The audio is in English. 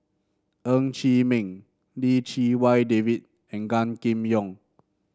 Ng Chee Meng Lim Chee Wai David and Gan Kim Yong